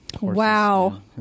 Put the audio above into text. wow